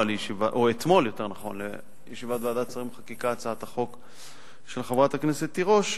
אתמול לישיבת ועדת השרים לחקיקה הצעת החוק של חברת הכנסת תירוש,